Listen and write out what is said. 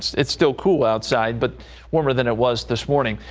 it's still cool outside. but warmer than it was this morning,